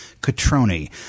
Catroni